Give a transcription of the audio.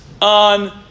On